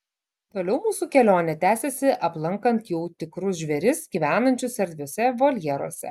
toliau mūsų kelionė tęsėsi aplankant jau tikrus žvėris gyvenančius erdviuose voljeruose